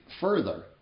further